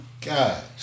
God